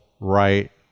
Right